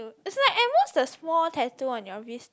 it's like at most the small tattoo on your wrist